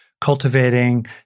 cultivating